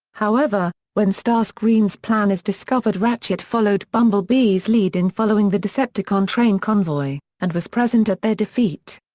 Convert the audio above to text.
however, when starscream's plan is discovered ratchet followed bumblebee's lead in following the decepticon train convoy, and was present at their defeat.